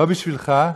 לא בשבילך,